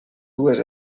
dues